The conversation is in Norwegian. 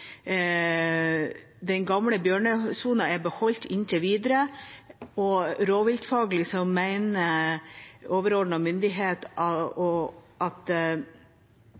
Den gamle bjørnesona er beholdt inntil videre, og rovviltfaglig mener overordnet myndighet at den sona som